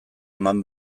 eman